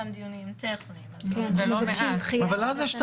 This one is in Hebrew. אם הדיון הוא דיון שנשמעת בו עדות לפי